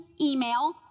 email